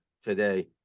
today